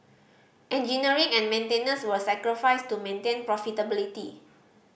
engineering and maintenance were sacrificed to maintain profitability